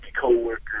coworkers